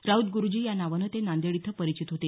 राऊत गुरूजी या नावानं ते नांदेड इथं परिचित होते